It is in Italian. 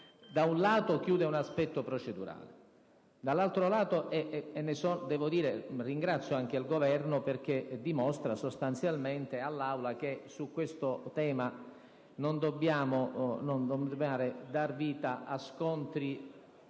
ritiro chiude un aspetto procedurale e, dall'altro lato, io ringrazio anche il Governo perché così dimostra, sostanzialmente, all'Aula che su questo tema non dobbiamo dar vita a scontri